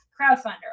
Crowdfunder